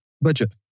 budget